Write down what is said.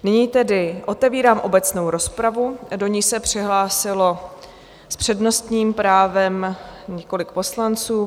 Nyní tedy otevírám obecnou rozpravu, do níž se přihlásilo s přednostním právem několik poslanců.